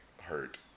hurt